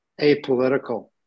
apolitical